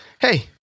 Hey